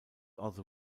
also